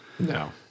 No